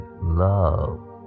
love